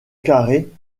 carrée